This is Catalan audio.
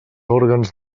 òrgans